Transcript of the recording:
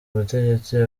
butegetsi